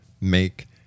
make